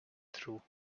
through